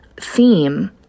theme